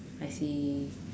I see